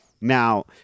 Now